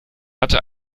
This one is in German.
hatte